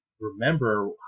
remember